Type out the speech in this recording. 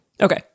Okay